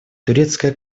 турецкая